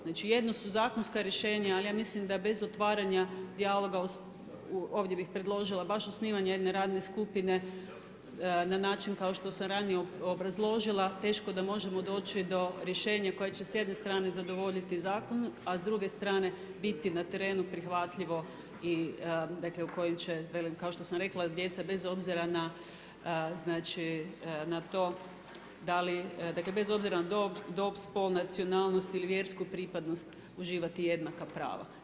Znači jedno su zakonska rješenja, ali ja mislim da bez otvaranja dijaloga ovdje bih predložila baš osnivanje jedne radne skupine na način kao što sam ranije obrazložila teško da možemo doći do rješenja koje će s jedne strane zadovoljiti zakon, a s druge strane biti na terenu prihvatljivo i dakle u kojem će velim kao što sam rekla djeca bez obzira na, znači na to da li, dakle bez obzira na dob, spol, nacionalnost ili vjersku pripadnost uživati jednaka prava.